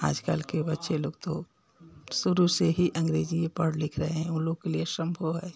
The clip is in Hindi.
आजकल के बच्चे लोग तो शुरू से ही अँग्रेजी पढ़ लिख रहे हैं वो लोग के लिए सम्भव है